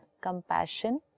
Compassion